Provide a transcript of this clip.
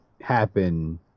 happen